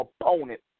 opponent